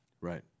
Right